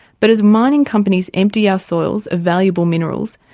but as mining companies empty our soils of valuable minerals,